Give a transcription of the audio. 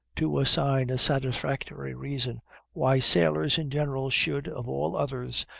to assign a satisfactory reason why sailors in general should, of all others,